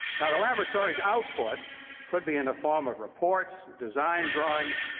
now, the laboratory's output could be in the form of reports, design drawings,